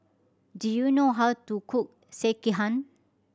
do you know how to cook Sekihan